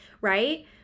right